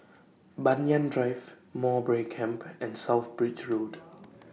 Banyan Drive Mowbray Camp and South Bridge Road